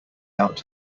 out